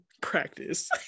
practice